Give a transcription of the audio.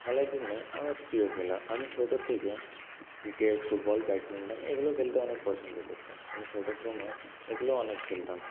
খেলার জন্য আমার প্রিয় খেলা আমি ছোট থেকে ক্রিকেট ফুটবল ব্যাডমিন্টন এইগুলো খেলতে অনেক পছন্দ করতাম আমি ছোটর সময় এগুলো অনেক খেলতাম